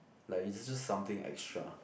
like is just just something extra